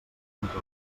entre